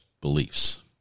beliefs